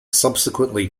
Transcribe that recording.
subsequently